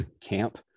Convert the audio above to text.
camp